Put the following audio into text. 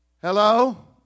Hello